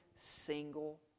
single